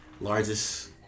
largest